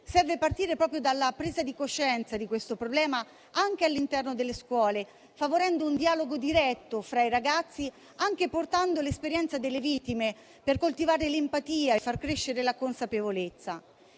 Serve partire proprio dalla presa di coscienza di questo problema anche all'interno delle scuole, favorendo un dialogo diretto fra i ragazzi e portando l'esperienza delle vittime per coltivare l'empatia e far crescere la consapevolezza.